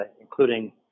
including